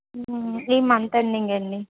ఈ month ending అండి